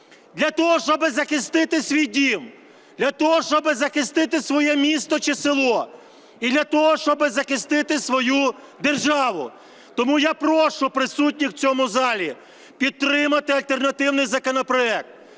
для того, щоб захистити свій дім, для того, щоб захистити своє місто чи село, і для того, щоб захистити свою державу. Тому я прошу присутніх в цьому залі підтримати альтернативний законопроект.